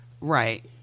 right